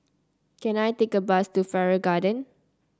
can I take a bus to Farrer Garden